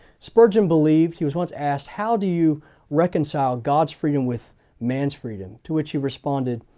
spurgeon believed, he was once asked, how do you reconcile god's freedom with man's freedom to which he responded,